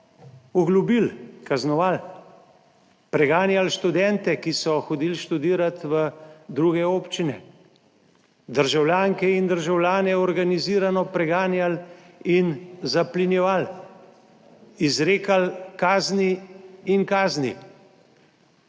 oglobili, kaznovali, preganjali študente, ki so hodili študirat v druge občine, državljanke in državljane organizirano preganjali in zaplenjevali, izrekali kazni in kazni.